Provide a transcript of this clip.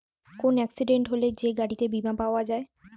কোন এক্সিডেন্ট হলে যে গাড়িতে বীমা পাওয়া যায়